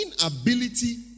inability